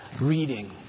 reading